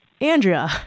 Andrea